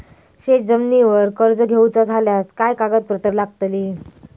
शेत जमिनीवर कर्ज घेऊचा झाल्यास काय कागदपत्र लागतली?